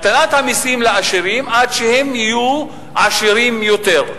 הקטנת המסים לעשירים עד שהם יהיו עשירים יותר.